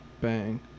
Bang